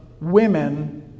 women